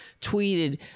tweeted